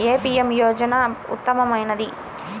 ఏ PM యోజన ఉత్తమమైనది?